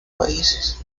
países